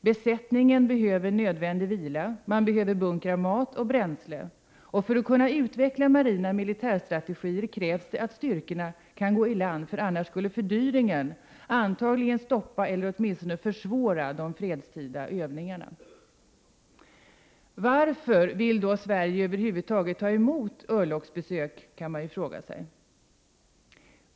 Besättningen behöver nödvändig vila. Man behöver bunkra mat och bränsle. För att kunna utveckla marina militärstrategier krävs det att styrkorna kan gå i land. Annars skulle fördyringen antagligen stoppa eller åtminstone försvåra de fredstida övningarna. Varför vill då Sverige över huvud taget ta emot örlogsbesök?